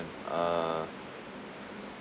uh